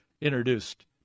introduced